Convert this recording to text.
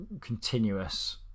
continuous